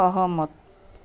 সহমত